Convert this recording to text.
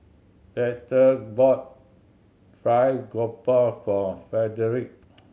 Bertha bought fried grouper for Frederick